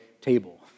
table